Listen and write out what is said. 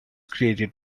created